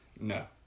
No